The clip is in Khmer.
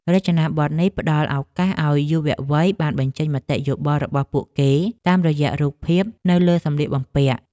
រចនាប័ទ្មនេះផ្តល់ឱកាសឱ្យយុវវ័យបានបញ្ចេញមតិយោបល់របស់ពួកគេតាមរយៈរូបភាពនៅលើសម្លៀកបំពាក់។